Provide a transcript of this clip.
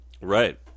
Right